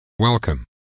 Welcome